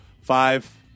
Five